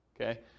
okay